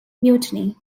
mutiny